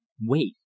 Wait